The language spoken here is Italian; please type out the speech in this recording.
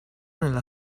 nella